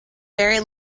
very